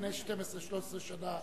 לפני 12 13 שנה,